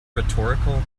rhetorical